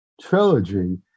trilogy